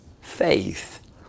faith